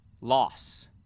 loss